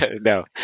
no